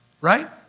right